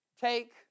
take